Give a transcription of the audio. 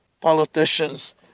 politicians